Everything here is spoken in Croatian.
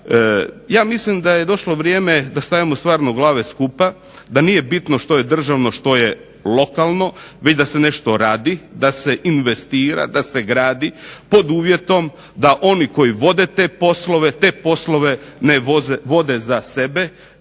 Ja mislim da je došlo vrijeme da stavimo stvarno glave skupa, da nije bitno što je državno, što je lokalno, već da se nešto radi, da se investira, da se gradi pod uvjetom da oni koji vode te poslove, te poslove ne vode za sebe